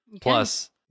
plus